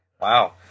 Wow